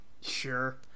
Sure